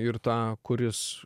ir tą kuris